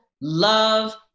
love